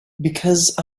because